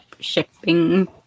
Shipping